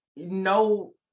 no